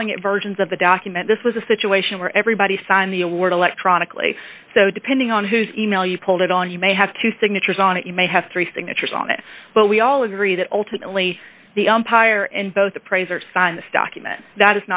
calling it versions of the document this was a situation where everybody signed the award electronically so depending on whose e mail you pulled it on you may have two signatures on it you may have three signatures on it but we all agree that ultimately the umpire and both appraiser signed this document that